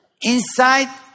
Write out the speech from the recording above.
inside